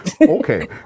Okay